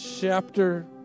chapter